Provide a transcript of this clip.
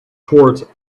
towards